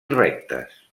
rectes